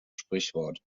sprichwort